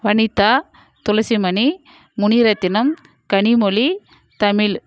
Vanitha Thulasimani Muniratnam Kanimozhi Tamil